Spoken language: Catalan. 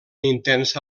intensa